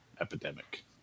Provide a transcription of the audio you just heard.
Epidemic